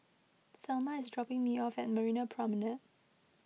thelma is dropping me off at Marina Promenade